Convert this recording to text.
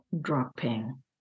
dropping